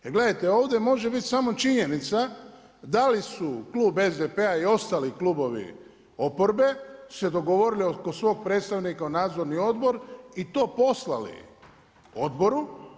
Jer gledajte, ovdje može biti samo činjenica, da li su Klub SDP-a i ostali klubovi oporbe, se dogovorili oko svog predstavnika u nadzorni odbor i to poslali odboru.